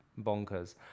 bonkers